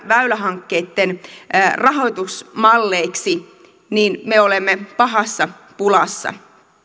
väylähankkeitten rahoitusmalleiksi niin me olemme pahassa pulassa